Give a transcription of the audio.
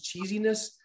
cheesiness